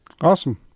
Awesome